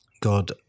God